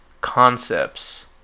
concepts